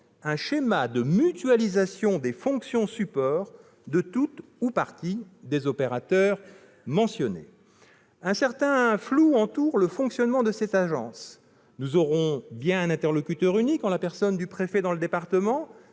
un schéma de mutualisation des fonctions supports de tout ou partie des opérateurs mentionnés ». Un certain flou entoure le fonctionnement de l'agence. Nous aurons bien un interlocuteur unique en la personne du préfet dans le département,